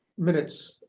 minutes,